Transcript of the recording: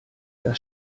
das